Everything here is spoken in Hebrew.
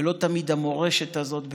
ולא תמיד המורשת הזאת,